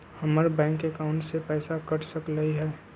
हमर bank account से पैसा कट सकलइ ह?